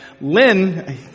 Lynn